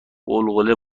غلغله